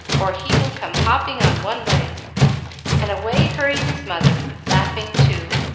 or he will come hopping on one leg and away hurried his mother, laughing, too,